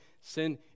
Sin